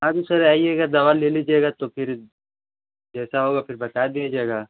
हाँ तो सर आइएगा दवा ले लीजिएगा तो फिर जैसा होगा फिर बता दिया जाएगा